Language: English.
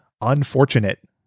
unfortunate